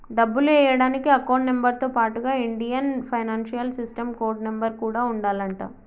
డబ్బులు ఎయ్యడానికి account number తో పాటుగా Indian financial system code number కూడా ఉండాలంట